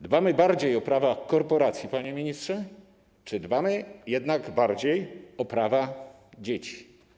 Dbamy bardziej o prawa korporacji, panie ministrze, czy dbamy jednak bardziej o prawa dzieci?